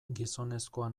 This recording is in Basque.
gizonezkoa